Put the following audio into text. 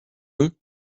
eux